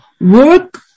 work